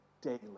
daily